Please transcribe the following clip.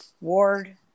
ward